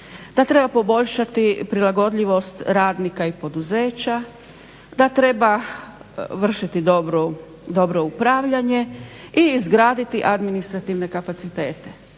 da treba poboljšati prilagodljivost radnika i poduzeća, da treba vršiti dobro upravljanje i izgraditi administrativne kapacitete.